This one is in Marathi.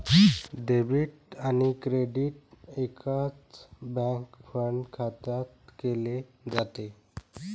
डेबिट आणि क्रेडिट एकाच बँक फंड खात्यात केले जाते